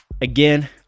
Again